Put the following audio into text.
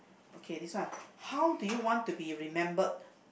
okay this one how do you want to be remembered